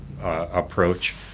approach